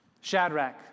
Shadrach